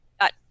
got